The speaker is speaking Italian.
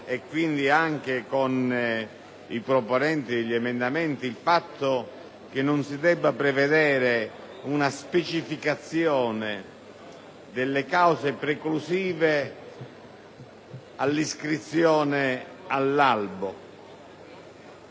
e quindi anche con i proponenti degli emendamenti circa il fatto che si debba prevedere una specificazione delle cause preclusive all'iscrizione all'albo